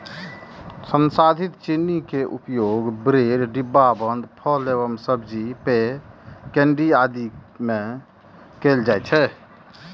संसाधित चीनी के उपयोग ब्रेड, डिब्बाबंद फल एवं सब्जी, पेय, केंडी आदि मे कैल जाइ छै